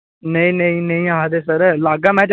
नेईं नेईं नेईं आखदे सर लागा में चक्कर